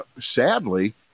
Sadly